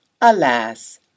alas